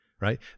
right